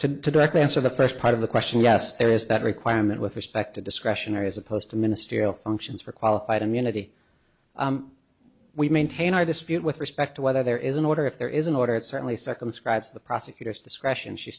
through to directly answer the first part of the question yes there is that requirement with respect to discretionary as opposed to ministerial functions for qualified immunity we maintain our dispute with respect to whether there is an order if there is an order it certainly circumscribes the prosecutor's discretion she